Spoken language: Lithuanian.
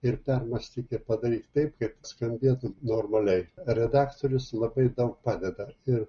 ir permąstyti ir padaryk taip kad skambėtų normaliai redaktorius labai tau padeda ir